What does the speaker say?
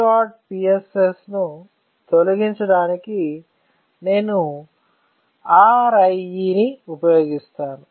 PEDOTPSS ను తొలగించడానికి నేను RIE ని ఉపయోగిస్తాను